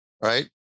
Right